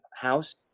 house